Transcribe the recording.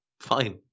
Fine